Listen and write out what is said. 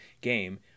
game